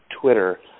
Twitter